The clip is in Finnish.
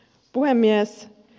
puhemies